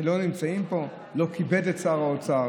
שלא נמצאת פה, זה לא כיבד את שר האוצר.